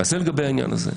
לגבי התוכן.